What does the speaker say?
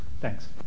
Thanks